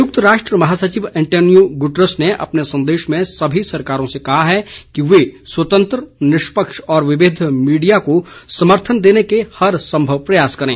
संयुक्त राष्ट्र महासचिव अंतोनियो गुतरस ने अपने संदेश में सभी सरकारों से कहा है कि वे स्वितंत्र निष्पक्ष और विविध मीडिया को समर्थन देने के हर संभव प्रयास करें